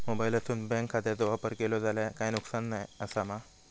मोबाईलातसून बँक खात्याचो वापर केलो जाल्या काय नुकसान असा काय?